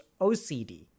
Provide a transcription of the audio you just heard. OCD